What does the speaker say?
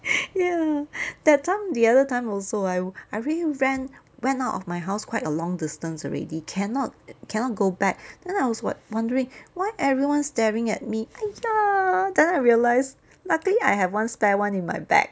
ya that time the other time also I I really ran went out of my house quite a long distance already cannot cannot go back then I was won~ wondering why everyone staring at me !aiya! then I realised luckily I have one spare [one] in my bag